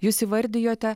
jūs įvardijote